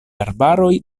arbaroj